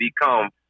become